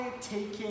taking